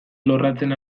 lorratzen